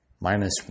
Minus